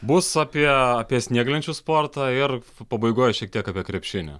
bus apie apie snieglenčių sportą ir pabaigoj šiek tiek apie krepšinį